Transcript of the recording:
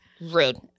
rude